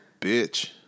bitch